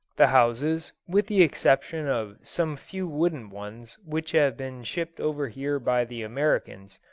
the houses, with the exception of some few wooden ones which have been shipped over here by the americans,